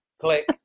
Click